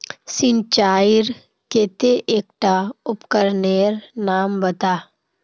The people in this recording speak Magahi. सिंचाईर केते एकटा उपकरनेर नाम बता?